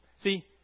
See